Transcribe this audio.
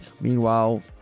Meanwhile